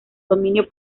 dominio